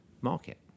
market